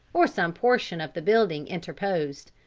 or some portion of the building interposed.